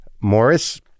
Morris